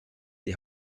die